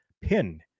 pin